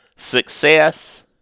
success